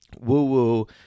woo-woo